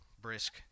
brisk